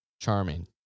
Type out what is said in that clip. charming